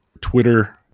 Twitter